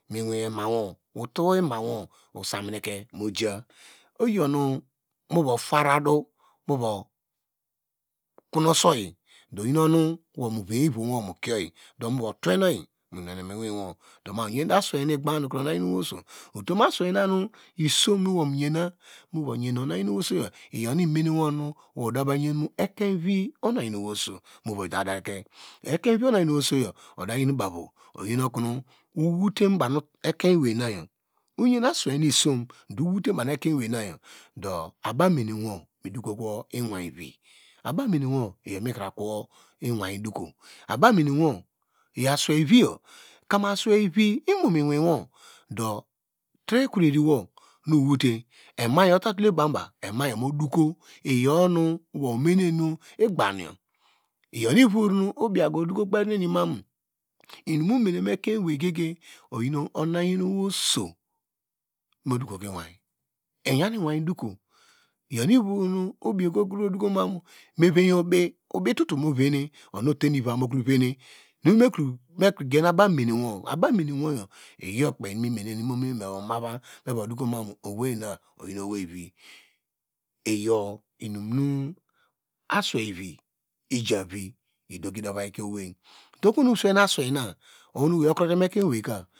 Miwin ema wo utoema yo osamineke moja oyi onu mova pharadu muva konuse oyi doyionu wo mova veye ivom wo mokie oyi twene oyimu yone nemo iwiwo doma oyan de aswei nu igban nu onuyan oso, otom asweina nu isom nu womoyena vayan nu onuoyan eweioso yor ekein vi orinyan ewei oso yo odayi bavo oyinokonu owote baw nu ekein eweina yor do abamenewo midokowo iwinvi abamene wo iyonu mihakuwo iwin doko, abamene wo kam asweivi imomiyei wo do tre ekre riwo nu owote ema yo atatemu banuba ema yo modoko iyoyonu womene nu igbanjo iyornu menen nu eyo doko kperi nu enimamu inum nu mu mene mu ekein eyi gege oyi oso modoku kwo iyi, iyor inunu obiyo okodokumo meveye obi, obitutu mu vene unu uteni vi mokro vene nu mekro gen abamene wo abumenewoyo iyokpei nu mi mene nu me dokuma owei na oyi oweivi iyor inum nu asweivi ijavi midoki viyi kiye owei dohonu osweinu asweina ohonu oyokrete mu ekein ewika